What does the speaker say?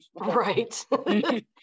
right